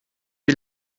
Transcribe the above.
die